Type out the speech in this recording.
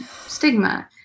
stigma